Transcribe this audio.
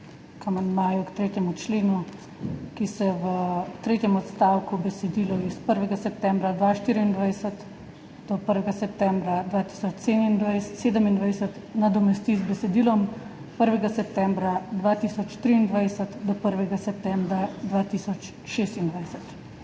k 3. členu, s katerim se v tretjem odstavku besedilo »1. septembra 2024 do 1. septembra 2027« nadomesti z besedilom »1. septembra 2023 do 1. septembra 2026«.